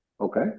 Okay